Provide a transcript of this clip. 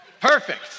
Perfect